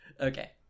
Okay